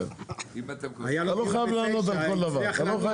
אתה לא חייב לענות על כל דבר.